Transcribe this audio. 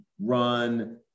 run